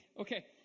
Okay